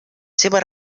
seva